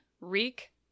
Reek